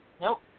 Nope